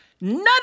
none